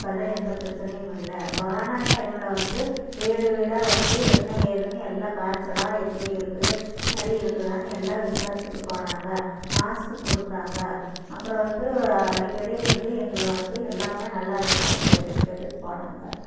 இப்போல்லாம் எந்த பிரச்சனையும் இல்லை கொரோனா டைமில் வந்து வீடு வீடாக வந்து என்ன ஏதுன்னு எல்லா காய்ச்சலா எப்படி இருக்குது சளி இருக்குதானு எல்லாம் விசாரித்துட்டு போனாங்க மாஸ்க்கு கொடுத்தாங்க அப்பறம் வந்து அடிக்கடி வந்து எங்களை வந்து எல்லாமே நல்லா இருக்குதானு கேட்டுட்டு கேட்டுட்டு போனாங்க